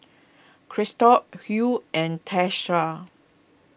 Christop Huey and Tiesha